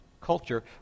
culture